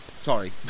sorry